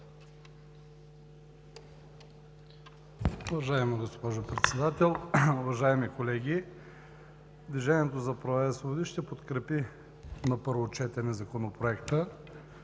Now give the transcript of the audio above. Уважаема госпожо Председател, уважаеми колеги! „Движението за права и свободи“ ще подкрепи на първо четене Законопроекта,